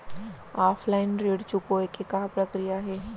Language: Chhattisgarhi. ऑफलाइन ऋण चुकोय के का प्रक्रिया हे?